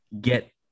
get